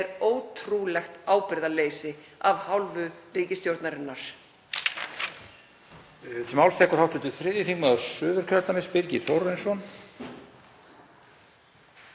svæðum, er ótrúlegt ábyrgðarleysi af hálfu ríkisstjórnarinnar.